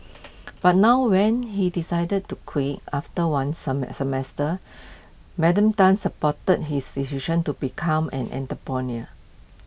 but now when he decided to quit after one semester Madam Tan supported his decision to become an